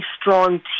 strong